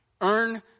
earn